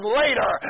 later